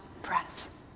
breath